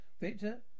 Victor